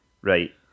Right